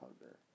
hunger